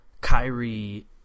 Kyrie